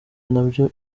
nabyo